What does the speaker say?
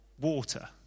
water